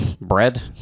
bread